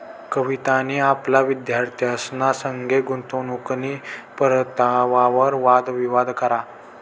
कवितानी आपला विद्यार्थ्यंसना संगे गुंतवणूकनी परतावावर वाद विवाद करा